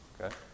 Okay